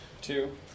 Two